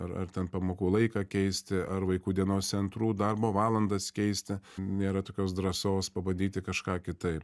ar ten pamokų laiką keisti ar vaikų dienos centrų darbo valandas keisti nėra tokios drąsos pabandyti kažką kitaip